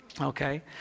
Okay